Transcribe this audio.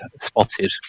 spotted